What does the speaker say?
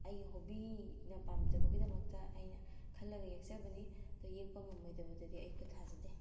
ꯑꯩꯒꯤ ꯍꯣꯕꯤꯅ ꯄꯥꯝꯖꯕꯒꯤꯗꯃꯛꯇ ꯑꯩꯅ ꯈꯜꯂꯒ ꯌꯦꯛꯆꯕꯅꯤ ꯑꯗꯨ ꯌꯦꯛꯄ ꯉꯝꯃꯣꯏꯗꯕꯗꯗꯤ ꯑꯩ ꯈꯨꯠ ꯊꯥꯖꯗꯦ